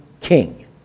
King